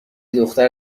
دختر